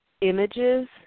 images